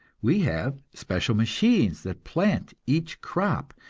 we have special machines that plant each crop,